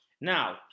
Now